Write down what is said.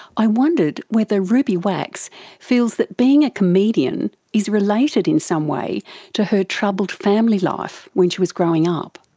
i wondered whether ah ruby wax feels that being a comedian is related in some way to her troubled family life when she was growing up.